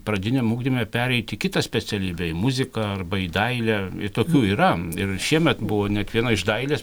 pradiniam ugdyme pereiti į kitą specialybę į muziką arba į dailę tokių yra ir šiemet buvo net viena iš dailės